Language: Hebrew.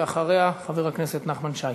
ואחריה, חבר הכנסת נחמן שי.